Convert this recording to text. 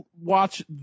watch